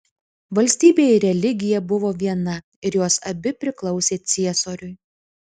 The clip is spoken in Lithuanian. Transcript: valstybė ir religija buvo viena ir jos abi priklausė ciesoriui